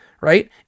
right